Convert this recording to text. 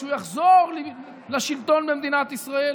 וכשהוא יחזור לשלטון במדינת ישראל